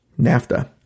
nafta